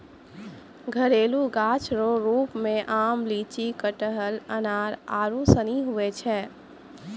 घरेलू गाछ रो रुप मे आम, लीची, कटहल, अनार आरू सनी हुवै छै